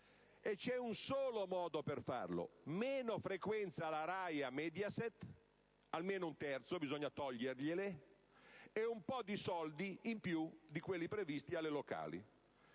C'è un solo modo per farlo: meno frequenze alla RAI e Mediaset (almeno un terzo bisogna togliergliele) e un po' di soldi in più di quelli previsti alle